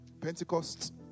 Pentecost